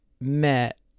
met